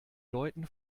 leuten